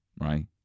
right